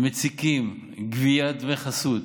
הם מציקים, גובים דמי חסות.